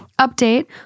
Update